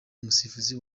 umusifuzi